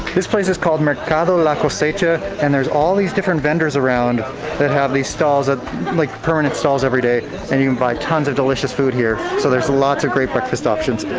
this place is called mercado la cosecha, and there's all these different vendors around that have these stalls, ah like permanent stalls every day. and you can buy tons of delicious food here, so there's lots of great breakfast options.